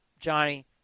Johnny